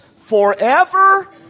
forever